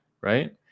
right